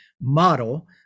model